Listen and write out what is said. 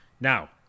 Now